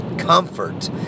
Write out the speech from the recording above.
comfort